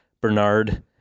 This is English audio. Bernard